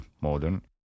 modern